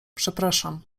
przepraszam